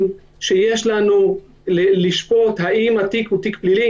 שיש לנו לשפוט האם התיק הוא תיק פלילי,